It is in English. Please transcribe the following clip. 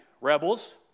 rebels